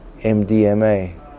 MDMA